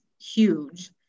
huge